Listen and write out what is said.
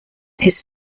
his